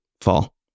Fall